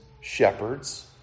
shepherds